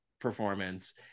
performance